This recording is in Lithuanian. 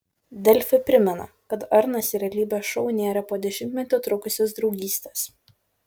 delfi primena kad arnas į realybės šou nėrė po dešimtmetį trukusios draugystės